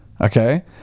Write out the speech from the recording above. Okay